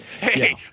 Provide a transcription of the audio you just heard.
Hey